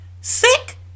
Sick